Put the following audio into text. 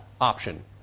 option